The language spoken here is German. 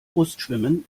brustschwimmen